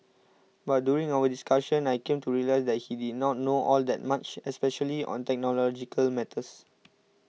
but during our discussion I came to realise that he did not know all that much especially on technological matters